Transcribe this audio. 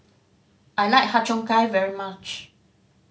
I like Har Cheong Gai very much